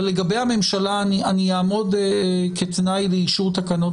אבל לגבי הממשלה אני אעמוד - כתנאי לאישור תקנות